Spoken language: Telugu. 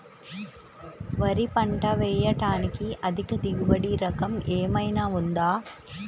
వరి పంట వేయటానికి అధిక దిగుబడి రకం ఏమయినా ఉందా?